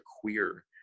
queer